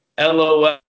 LOL